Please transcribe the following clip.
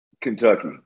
Kentucky